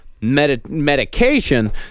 medication